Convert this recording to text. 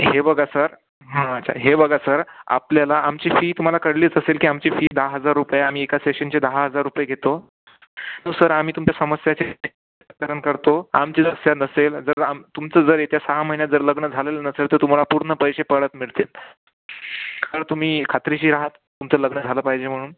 हे बघा सर हा अच्छा हे बघा सर आपल्याला आमची फी तुम्हाला कळलीच असेल की आमची फी दहा हजार रुपये आम्ही एका सेशनचे दहा हजार रुपये घेतो न सर आम्ही तुमच्या समस्याचे निराकरण करतो आमची ज समस्या नसेल जर आम तुमचं जर येत्या सहा महिन्यात जर लग्न झालेलं नसेल तर तुम्हाला पूर्ण पैसे परत मिळतील कारण तुम्ही खात्रीशी रहात तुमचं लग्न झालं पाहिजे म्हणून